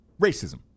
racism